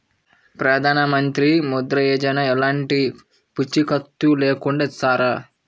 ప్రధానమంత్రి ముద్ర యోజన ఎలాంటి పూసికత్తు లేకుండా ఇస్తారా?